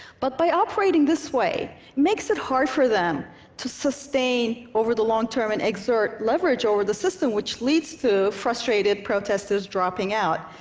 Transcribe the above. but operating this way makes it hard for them to sustain over the long term and exert leverage over the system, which leads to frustrated protesters dropping out,